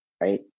Right